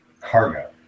Cargo